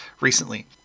recently